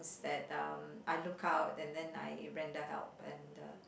that um I look out and then I render help and then